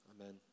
amen